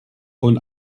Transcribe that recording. von